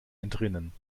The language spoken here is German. entrinnen